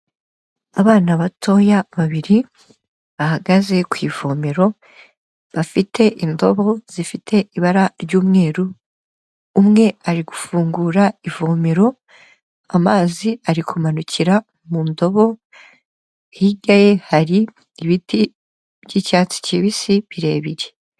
Abana batoya babiri bahagaze ku ivomero, bafite indobo zifite ibara ry'umweru, umwe ari gufungura ivomero amazi ari kumanukira mu ndobo, hirya ye hari ibiti by'icyatsi kibisi birebire.